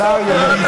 השר ירד.